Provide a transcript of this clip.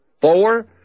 Four